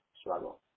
struggle